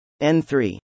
N3